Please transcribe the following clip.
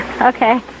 Okay